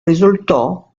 risultò